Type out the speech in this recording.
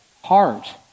heart